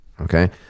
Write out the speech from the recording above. okay